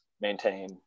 maintain